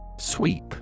Sweep